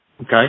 Okay